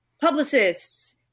publicists